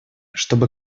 чтобы